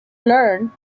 learn